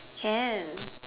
can